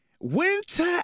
Winter